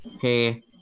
Hey